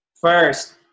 first